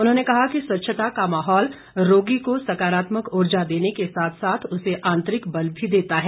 उन्होंने कहा कि स्वच्छता का माहौल रोगी को सकारात्मक ऊर्जा देने के साथ साथ उसे आंतरिक बल भी देता है